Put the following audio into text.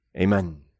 Amen